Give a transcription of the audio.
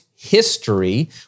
history